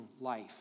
life